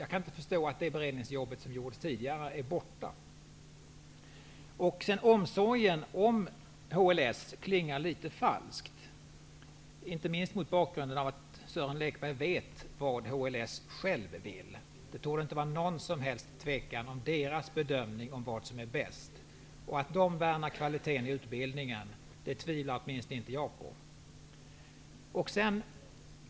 Jag kan inte heller inse att det beredningsarbete som gjordes tidigare är borta. Omsorgen om HLS klingar även litet falsk, inte minst mot bakgrund av att Sören Lekberg vet vad man själv vill på HLS. Det torde inte råda något som helst tvivel om vad som är bäst enligt deras bedömning. Att man på HLS värnar om kvaliteten i utbildningen tvivlar åtminstone inte jag på.